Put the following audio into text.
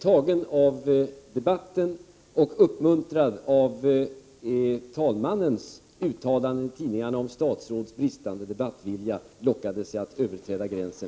Tagen av debatten och uppmuntrad av talmannens uttalande i tidningarna om statsråds bristande debattvilja lockades jag att överträda gränsen.